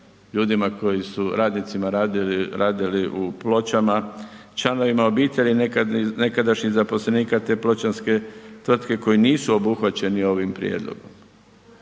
ljudima, radnicima koji su radili u Pločama, članovima obitelji nekadašnjih zaposlenika te pločanske tvrtke koji nisu obuhvaćeni ovim prijedlogom.